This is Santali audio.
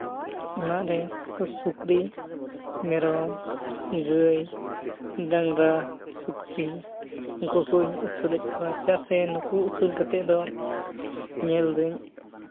ᱚᱲᱟᱜ ᱨᱮ ᱩᱱᱠᱩ ᱥᱩᱠᱨᱤ ᱢᱮᱨᱚᱢ ᱜᱟᱹᱭ ᱰᱟᱝᱨᱟ ᱥᱩᱠᱨᱤ ᱩᱱᱠᱩ ᱠᱩᱧ ᱟᱹᱥᱩᱞᱮᱫ ᱠᱚᱣᱟ ᱪᱮᱫᱟᱜ ᱥᱮ ᱱᱩᱠᱩ ᱟᱹᱥᱩᱞ ᱠᱟᱛᱮᱫ ᱫᱚ ᱧᱮᱞ ᱮᱫᱟᱹᱧ